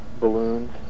balloons